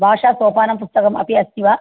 भाषासोपानपुस्तकम् अपि अस्ति वा